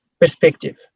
perspective